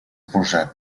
posat